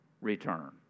return